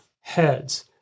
heads